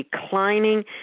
declining